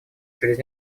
через